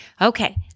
Okay